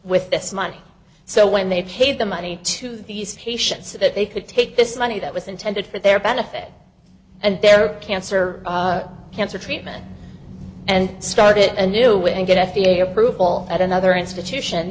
with this money so when they paid the money to these patients so that they could take this money that was intended for their benefit and their cancer cancer treatment and started a new way to get f d a approval at another institution